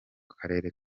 karere